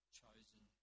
chosen